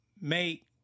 make